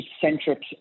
centric